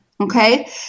okay